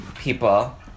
people